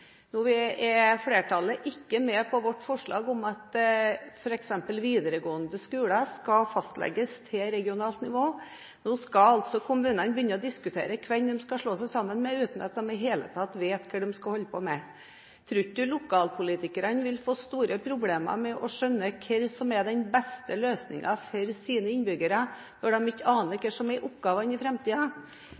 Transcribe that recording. er flertallet ikke med på vårt forslag om at f.eks. videregående skoler skal legges til regionalt nivå. Nå skal altså kommunene begynne å diskutere hvem de skal slå seg sammen med, uten at de i det hele tatt vet hva de skal holde på med. Tror ikke representanten at lokalpolitikerne vil få store problemer med å skjønne hva som er den beste løsningen for sine innbyggere når de ikke aner hva som er oppgavene